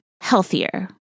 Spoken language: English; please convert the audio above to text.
healthier